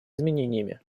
изменениями